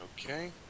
Okay